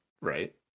right